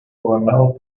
gobernados